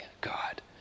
God